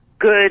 Good